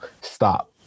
Stop